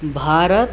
Bharat